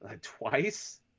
twice